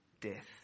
Death